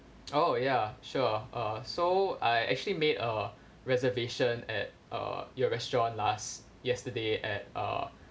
oh ya sure uh so I actually made a reservation at err your restaurant last yesterday at err